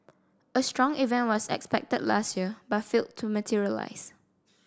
a strong event was expected last year but failed to materialise